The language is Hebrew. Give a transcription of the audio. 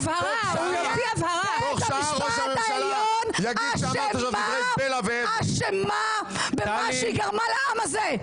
נשיאת בית המשפט העליון אשמה במה שהיא גרמה לעם הזה,